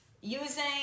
using